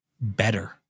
better